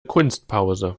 kunstpause